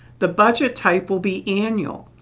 the budget type will be annual.